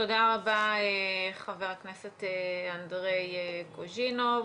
תודה רבה, חבר הכנסת אנדרי קוז'ינוב.